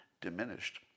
diminished